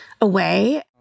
away